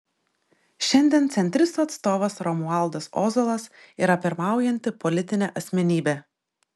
šiandien centristų atstovas romualdas ozolas yra pirmaujanti politinė asmenybė